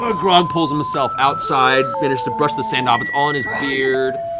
ah grog pulls himself outside, manages to brush the sand off, it's all in his beard.